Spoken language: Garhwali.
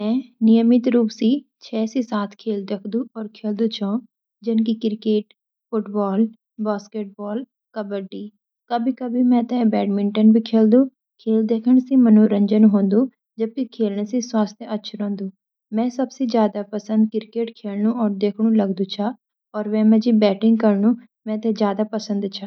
मैं नियमित रूप सी छ- सात खेल देखदु और खेलदु छो, जान की क्रिकेट फुटबॉल बास्केटबॉल। कभी-कभी मुझे बेटमिंटन भी खेलदु, खेल देखन सी मनोरंजन होंदु जब की खेलन सी स्वास्थ्य अच्छा रंडू। मैं सबसे जादा पसन क्रिकेट खेलनु और देखनु लगदु छा। और वे मजी भी बैटिंग करनु मेटे जादा पसंद छा।